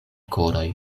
koroj